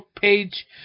page